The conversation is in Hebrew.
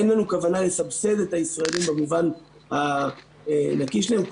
אין לנו כוונה לסבסד את הישראלים במובן הנקי של זה,